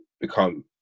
become